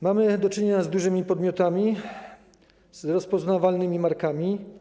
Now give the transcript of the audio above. Mamy do czynienia z dużymi podmiotami, z rozpoznawalnymi markami.